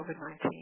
COVID-19